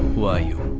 who are you?